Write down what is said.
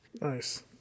Nice